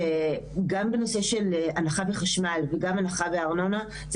גם בנושא של הנחה בחשמל וגם הנחה בארנונה זה